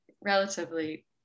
Relatively